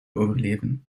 overleven